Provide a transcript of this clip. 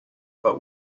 but